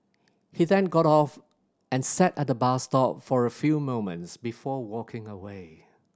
he then got off and sat at the bus stop for a few moments before walking away